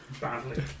Badly